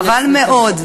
חבל מאוד,